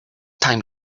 time